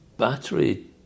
battery